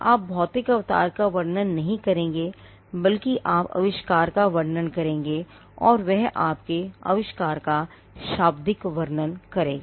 आप भौतिक अवतार का वर्णन नहीं करेंगे बल्कि आप आविष्कार का वर्णन करेंगे और वह आपके आविष्कार का शाब्दिक वर्णन करेगा